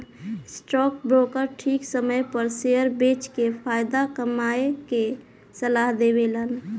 stock broker ठीक समय पर शेयर बेच के फायदा कमाये के सलाह देवेलन